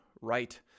right